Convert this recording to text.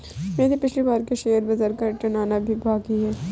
मेरा पिछली बार के शेयर बाजार का रिटर्न आना अभी भी बाकी है